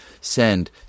send